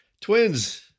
Twins